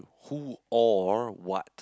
who or what